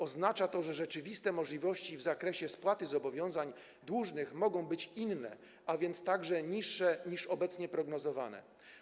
Oznacza to, że rzeczywiste możliwości w zakresie spłaty zobowiązań dłużnych mogą być inne, a więc także niższe niż obecnie prognozowane.